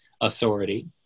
authority